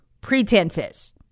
pretenses